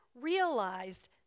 realized